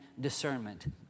discernment